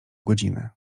godziny